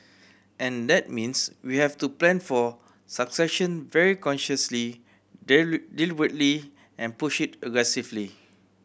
and that means we have to plan for succession very consciously deliberately and push it aggressively